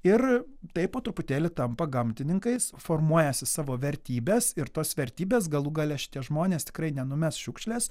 ir taip po truputėlį tampa gamtininkais formuojasi savo vertybes ir tos vertybės galų gale šitie žmonės tikrai nenumes šiukšlės